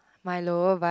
my lower butt